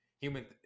human